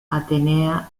atenea